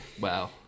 Wow